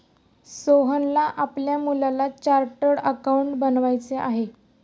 सोहनला आपल्या मुलाला चार्टर्ड अकाउंटंट बनवायचे आहे